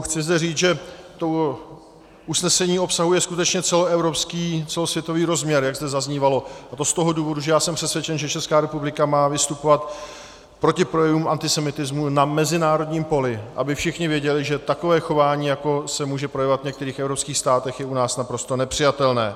Chci zde říct, že to usnesení obsahuje skutečně celoevropský, celosvětový rozměr, jak zde zaznívalo, a to z toho důvodu, jsem přesvědčen, že Česká republika má vystupovat proti projevům antisemitismu na mezinárodním poli, aby všichni věděli, že takové chování, jako se může projevovat v některých evropských státech, je u nás naprosto nepřijatelné.